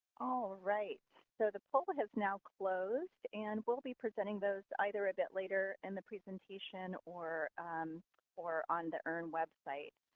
all right. so, the poll has now closed. and we'll be presenting those either a bit later in and the presentation or um or on the earn website.